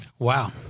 Wow